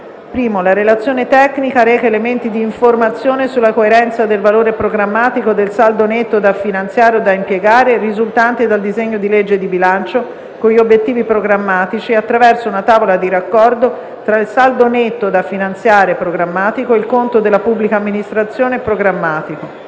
la relazione tecnica reca elementi di informazione sulla coerenza del valore programmatico del saldo netto da finanziare o da impiegare risultante dal disegno di legge di bilancio con gli obiettivi programmatici attraverso una tavola di raccordo tra il saldo netto da finanziare programmatico e il conto della pubblica amministrazione programmatico;